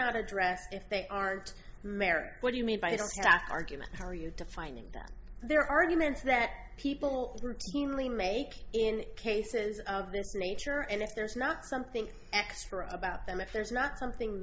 ot addressed if they aren't married what do you mean by i don't see that argument how are you defining their arguments that people routinely make in cases of this nature and if there's not something extra about them if there's not something